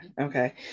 Okay